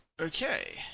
okay